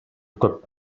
көп